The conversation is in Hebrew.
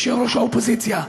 יושב-ראש האופוזיציה,